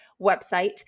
website